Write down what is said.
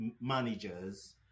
managers